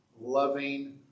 loving